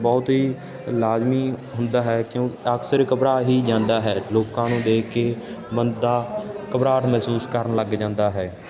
ਬਹੁਤ ਹੀ ਲਾਜ਼ਮੀ ਹੁੰਦਾ ਹੈ ਕਿਉਂ ਅਕਸਰ ਘਬਰਾ ਹੀ ਜਾਂਦਾ ਹੈ ਲੋਕਾਂ ਨੂੰ ਦੇਖ ਕੇ ਬੰਦਾ ਘਬਰਾਹਟ ਮਹਿਸੂਸ ਕਰਨ ਲੱਗ ਜਾਂਦਾ ਹੈ